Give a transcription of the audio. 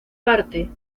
parte